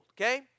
okay